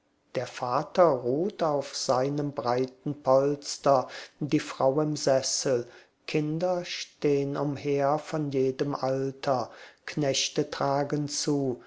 der vater ruht auf seinem breiten polster die frau im sessel kinder stehn umher von jedem alter knechte tragen zu